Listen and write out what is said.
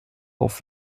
auf